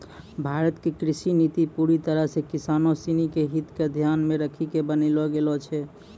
भारत के कृषि नीति पूरी तरह सॅ किसानों सिनि के हित क ध्यान मॅ रखी क बनैलो गेलो छै